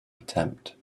attempt